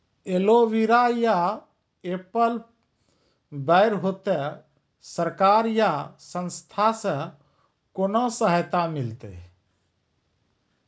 Aloe vera या apple बैर होते? सरकार या संस्था से कोनो सहायता मिलते?